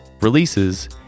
releases